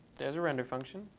there's a render function.